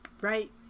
Right